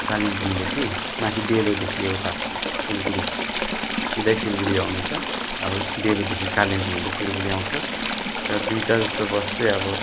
कालिम्पोङदेखि माथि डेलोदेखि एउटा सिलगढी सिधैँ सिलगढी आउने छ अब डेलोदेखि कालिम्पोङ हुँदै सिलगढी आउँछ र दुइटा जस्तो बस चाहिँ अब